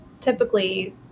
typically